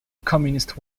communist